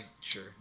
Sure